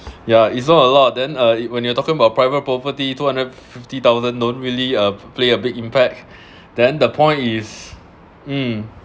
ya it's not a lot then uh when you're talking about private property two hundred fifty thousand don't really uh play a big impact then the point is hmm